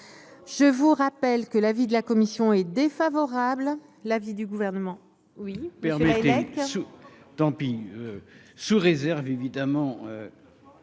Je rappelle que l'avis de la commission est favorable